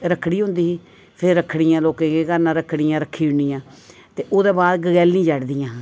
रक्खड़ी होंदी ही फिर रक्खड़ियें लोकें केह् करना रक्खड़ियां रक्खी ओड़नी ऐ ते ओह्दे बाद गगैली चढ़दियां हियां